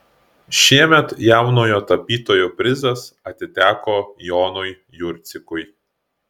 šiemet jaunojo tapytojo prizas atiteko jonui jurcikui